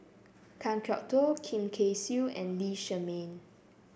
Kan Kwok Toh Lim Kay Siu and Lee Shermay